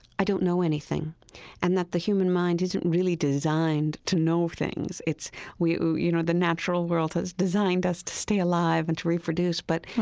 i don't know anything and that the human mind isn't really designed to know things. it's you you know, the natural world has designed us to stay alive and to reproduce, but,